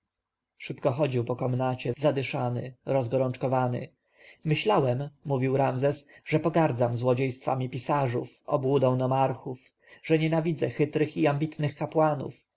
szybko chodził po komnacie zadyszany rozgorączkowany myślałem mówił ramzes że pogardzam złodziejstwami pisarzów obłudą nomarchów że nienawidzę chytrych i ambitnych kapłanów